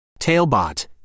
Tailbot